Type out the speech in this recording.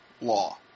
law